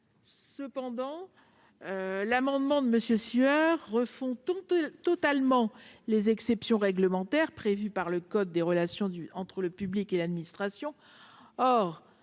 Cependant, l'amendement de M. Sueur vise à refondre totalement les exceptions réglementaires prévues par le code des relations entre le public et l'administration.